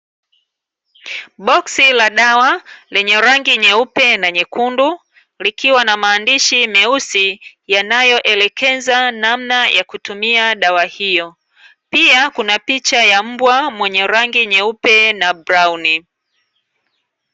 Boksi la dawa lenye rangi nyeupe na nyekundu, likiwa na maandishi meusi yanayoelekeza namna ya kutumia dawa hiyo. Pia kuna picha ya mbwa mwenye rangi nyeupe na hudhurungi.